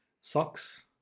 Socks